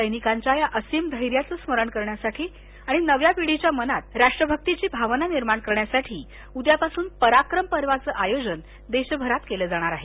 सैनिकांच्या या असीम धैर्याचं स्मरण करण्यासाठी आणि नव्या पिढीच्या मनात राष्ट्रभक्तीची भावना निर्माण करण्यासाठी उद्यापासून पराक्रम पर्वाचं आयोजन देशभरात केल जाणार आहे